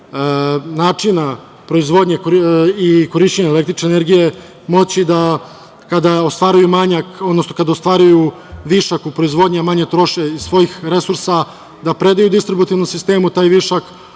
načina proizvodnje i korišćenja električne energije moći da kada ostvaruju višak u proizvodnji, a manje troše iz svojih resursa, da predaju distributivnom sistemu taj višak,